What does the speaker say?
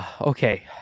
Okay